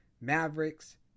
Mavericks